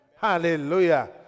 Hallelujah